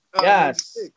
Yes